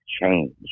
change